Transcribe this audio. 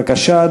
בבקשה,